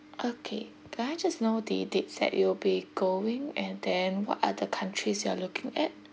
okay can I just know the dates that you will be going and then what are the countries you are looking at